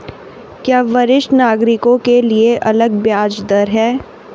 क्या वरिष्ठ नागरिकों के लिए अलग ब्याज दर है?